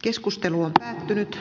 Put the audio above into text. keskustelu on päättynyt